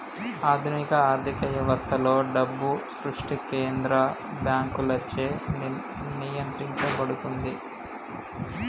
ఆధునిక ఆర్థిక వ్యవస్థలలో, డబ్బు సృష్టి కేంద్ర బ్యాంకులచే నియంత్రించబడుతుంది